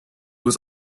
was